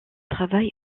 travail